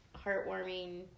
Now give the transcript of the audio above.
heartwarming